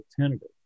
alternative